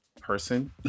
person